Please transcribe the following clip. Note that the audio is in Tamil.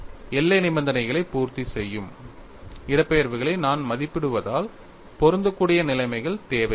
எல்லை நிபந்தனைகளை பூர்த்தி செய்யும் இடப்பெயர்வுகளை நான் மதிப்பிடுவதால் பொருந்தக்கூடிய நிலைமைகள் தேவையில்லை